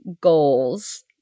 goals